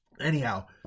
Anyhow